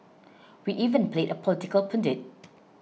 we even played political pundit